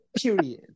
Period